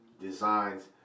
designs